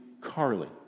Carly